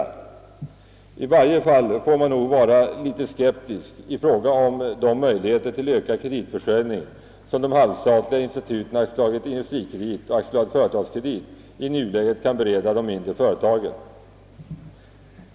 I varje fall får man nog vara litet skeptisk i fråga om de möjligheter till ökad kreditförsörjning, som de halvstatliga instituten AB Industrikredit och AB Företagskredit i nuläget kan bereda de mindre företagen.